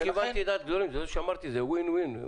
כיוונתי לדעת גדולים, זה מה שאמרתי, זה וין-וין.